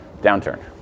downturn